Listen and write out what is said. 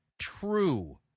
true